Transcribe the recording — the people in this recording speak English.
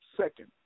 second